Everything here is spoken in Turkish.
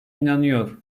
inanıyor